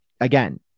again